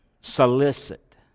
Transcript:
solicit